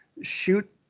shoot